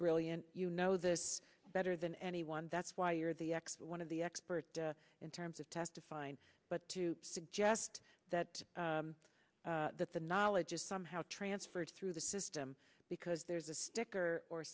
brilliant you know this better than anyone that's why you're the expert one of the experts in terms of testifying but to suggest that that the knowledge is somehow transferred through the system because there's a sticker or